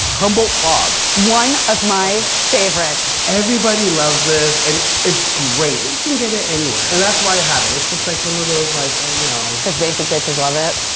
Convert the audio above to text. humboldt fog. one of my favorites. everybody loves this and it's great, you can get it anywhere, and that's why i have it. it's just like one of those like, oh no. because basic bitches love it?